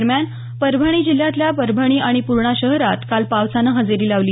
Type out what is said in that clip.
दरम्यान परभणी जिल्ह्यातल्या परभणी आणि पूर्णा शहरात काल पावसानं हजेरी लावली